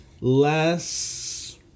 Less